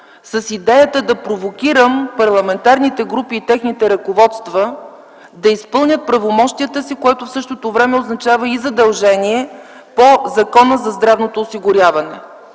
с идеята да провокирам парламентарните групи и техните ръководства да изпълнят правомощията си, което в същото време означава и задължение по Закона за здравното осигуряване.